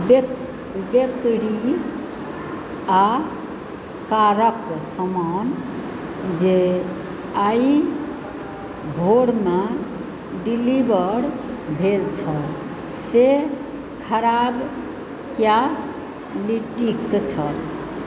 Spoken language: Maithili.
बेकरी आ कारक समान जे आइ भोरमे डिलीवर भेल छल से खराब क्वालिटीक छल